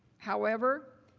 however,